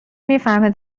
میفهمه